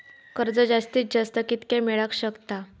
कर्ज जास्तीत जास्त कितक्या मेळाक शकता?